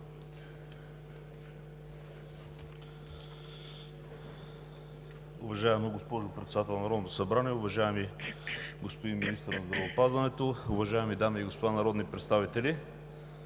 Уважаема госпожо Председател на Народното събрание, уважаеми господин Министър на здравеопазването, уважаеми дами и господа народни представители!